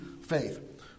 faith